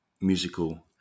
musical